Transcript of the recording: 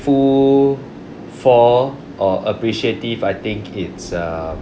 ful for or appreciative I think it's err